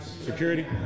security